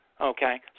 okay